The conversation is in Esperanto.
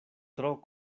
tro